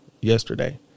yesterday